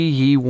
ye